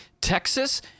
Texas